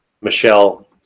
Michelle